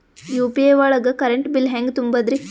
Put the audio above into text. UPI ಒಳಗ current bill ಹೆಂಗ್ ತುಂಬದ್ರಿ?